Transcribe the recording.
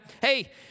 hey